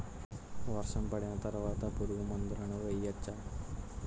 వర్షం పడిన తర్వాత పురుగు మందులను వేయచ్చా?